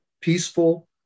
peaceful